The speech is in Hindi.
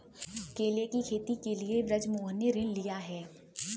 केले की खेती के लिए बृजमोहन ने ऋण लिया है